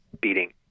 beating